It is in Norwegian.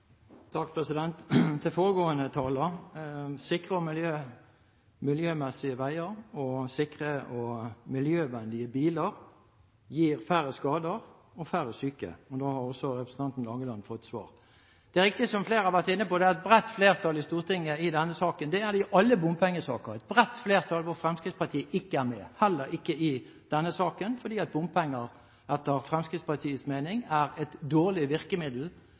Sikre og miljømessige veier og sikre og miljøvennlige biler gir færre skader og færre syke. Og da har også representanten Langeland fått svar. Det er riktig, som flere har vært inne på, at det er et bredt flertall i Stortinget i denne saken. Det er det i alle bompengesaker, et bredt flertall, hvor Fremskrittspartiet ikke er med – heller ikke i denne saken – fordi bompenger, etter Fremskrittspartiets mening, er et dårlig virkemiddel